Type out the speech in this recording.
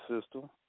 system